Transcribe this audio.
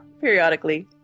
periodically